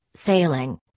sailing